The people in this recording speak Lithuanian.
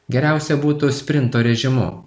geriausia būtų sprinto režimu